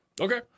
Okay